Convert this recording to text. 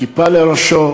כיפה לראשו,